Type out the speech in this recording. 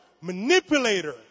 manipulator